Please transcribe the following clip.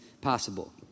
possible